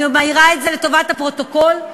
אני מעירה את זה לטובת הפרוטוקול,